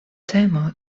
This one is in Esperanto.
temo